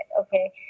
okay